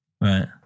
Right